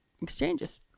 exchanges